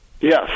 Yes